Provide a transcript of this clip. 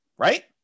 Right